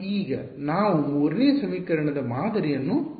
ಈಗ ನಾವು 3 ನೇ ಸಮೀಕರಣದ ಮಾದರಿಯನ್ನು ನೋಡೋಣ